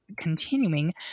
continuing